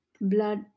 blood